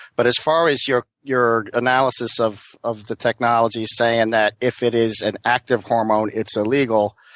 but as far as your your analysis of of the technology saying that if it is an active hormone, it's illegal,